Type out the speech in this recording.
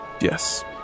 Yes